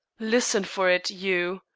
listen for it, you.